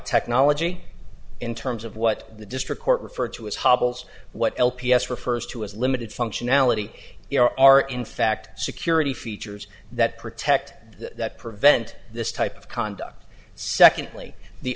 technology in terms of what the district court referred to as hubble's what l p s refers to as limited functionality there are in fact security features that protect that prevent this type of conduct secondly the